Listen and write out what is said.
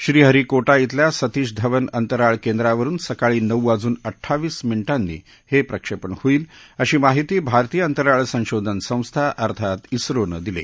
श्रीहरी कोटा इथल्या सतीश धवन अंतराळ केंद्रावरुन सकाळी नऊ वाजून अड्डावीस मिनिटांनी हे प्रक्षेपण होईल अशी माहिती भारतीय अंतराळ संशोधन संघटना अर्थात इस्रोनं दिली